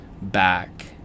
back